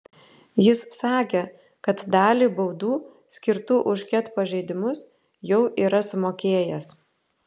jis sakė kad dalį baudų skirtų už ket pažeidimus jau yra sumokėjęs